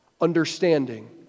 understanding